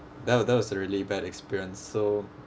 that was that was really bad experience so